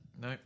No